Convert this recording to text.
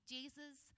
Jesus